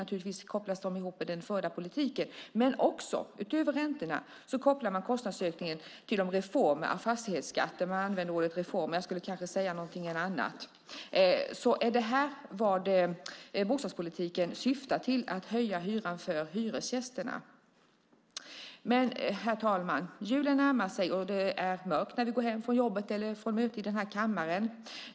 Naturligtvis kopplas de ihop med den förda politiken. Men utöver räntorna kopplar man kostnadsökningen till reformer av fastighetsskatten. Man använder ordet reformer, men jag skulle kanske kalla det för något annat. Var det som bostadspolitiken syftade till att höja hyran för hyresgästerna? Herr talman! Julen närmar sig, och det är mörkt när vi går hem från jobbet eller ut från den här kammaren.